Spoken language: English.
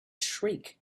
shriek